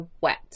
wet